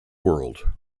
world